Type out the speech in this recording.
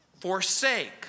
forsake